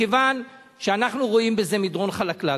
מכיוון שאנחנו רואים בזה מדרון חלקלק,